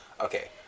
Okay